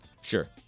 Sure